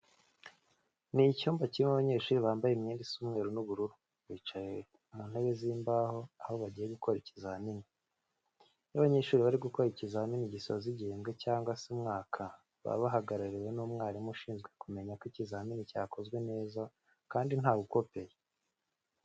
Ni icyumba kirimo abanyeshuri bambaye imyenda isa umweru n'ubururu, bicaye mu ntebe z'imbaho aho bagiye gukora ikizamini. Iyo abanyeshuri bari gukora ikizamini gisoza igihembwe cyangwa se umwaka baba bahagarariwe n'umwarimu ushinzwe kumenya ko ikizamini cyakozwe neza kandi ntawe ukopeye.